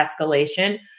escalation